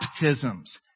Baptisms